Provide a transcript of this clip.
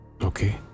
Okay